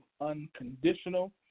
Unconditional